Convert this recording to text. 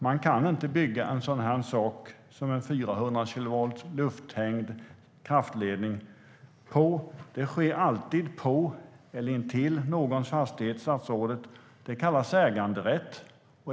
Man kan inte bygga en 400 kilovolts lufthängd kraftledning utan att det sker på eller intill någons fastighet. Det kallas äganderätt, statsrådet.